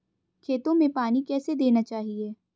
खेतों में पानी कैसे देना चाहिए?